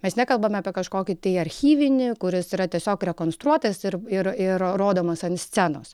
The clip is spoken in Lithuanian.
mes nekalbame apie kažkokį tai archyvinį kuris yra tiesiog rekonstruotas ir ir rodomas ant scenos